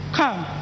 come